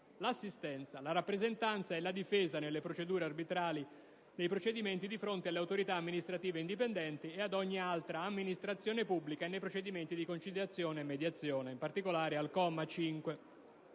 l'assistenza, la rappresentanza e la difesa nelle procedure arbitrali, nei procedimenti di fronte alle autorità amministrative indipendenti e ad ogni altra amministrazione pubblica, e nei procedimenti di conciliazione e mediazione (in particolare al comma 5